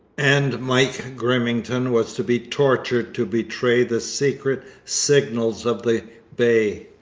and mike grimmington was to be tortured to betray the secret signals of the bay,